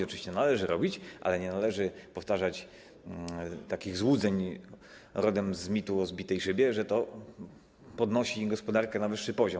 Oczywiście należy to robić, ale nie należy powtarzać takich złudzeń rodem z mitu o zbitej szybie, że to podnosi gospodarkę na wyższy poziom.